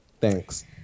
Thanks